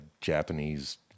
Japanese